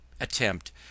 attempt